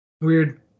Weird